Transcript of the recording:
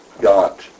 got